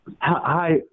Hi